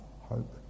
hope